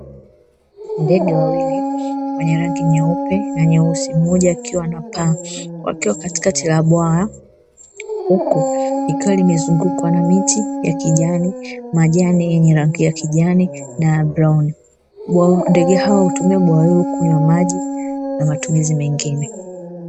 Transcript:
Ndege wawili wenye rangi nyeupe na nyeusi mmoja akiwa anapaa wakiwa katikati la bwawa, huku likiwa nimezungukwa na miti ya kijani majani yenye rangi ya kijani na brauni ndege hao hutumia bwawa hilo kunyuwa maji na matumizi mengine.